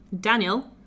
Daniel